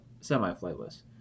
semi-flightless